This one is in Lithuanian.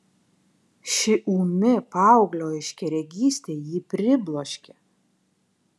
ši ūmi paauglio aiškiaregystė jį pribloškė